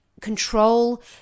control